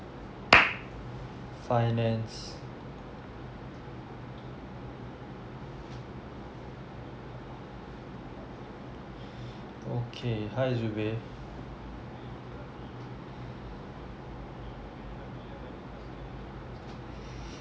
finance okay hi zubir